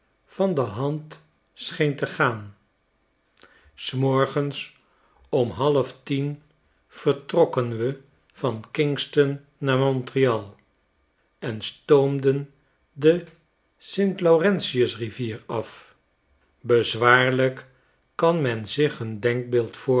van de hand scheen te gaan j s morgens om halftien vertrokken we van kingston naar montreal en stoomden de st laurentius rivier af bezwaarlijk kan men zich een denkbeeld